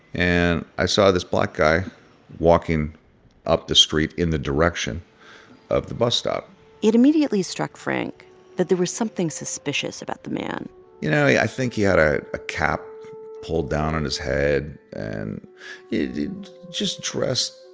and i saw this black guy walking up the street in the direction of the bus stop it immediately struck frank that there was something suspicious about the man you know, i think he had a ah cap pulled down on his head and just dressed